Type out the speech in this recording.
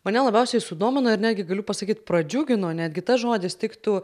mane labiausiai sudomino ir netgi galiu pasakyt pradžiugino netgi tas žodis tiktų